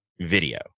video